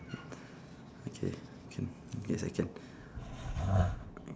okay can yes I can